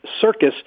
circus